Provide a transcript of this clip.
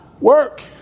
work